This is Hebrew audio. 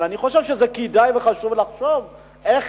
אבל אני חושב שכדאי וחשוב לחשוב איך